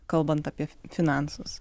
kalbant apie finansus